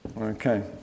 okay